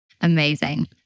amazing